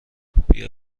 بیا